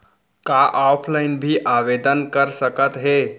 का ऑफलाइन भी आवदेन कर सकत हे?